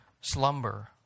slumber